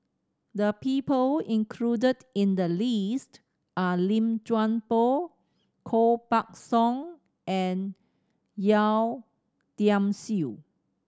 the people included in the list are Lim Chuan Poh Koh Buck Song and Yeo Tiam Siew